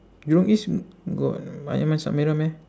jurong east got ayam masak merah meh